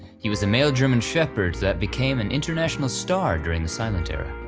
he was a male german shepherd that became an international star during the silent era.